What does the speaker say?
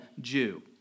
Jew